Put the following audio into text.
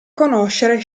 conoscere